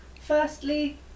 firstly